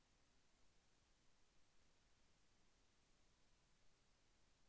నా యొక్క బ్యాంకు ఖాతాని ఉమ్మడి ఖాతాగా మార్చగలరా?